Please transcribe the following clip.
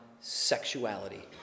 sexuality